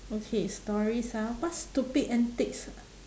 okay stories ah what stupid antics